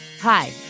Hi